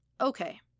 Okay